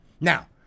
Now